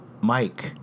Mike